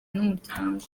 n’umuryango